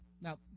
Now